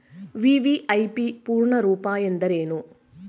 VVIP ಪೂರ್ಣ ರೂಪ ಎಂದರೇನು?